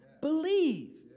Believe